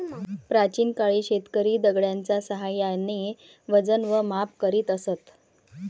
प्राचीन काळी शेतकरी दगडाच्या साहाय्याने वजन व माप करीत असत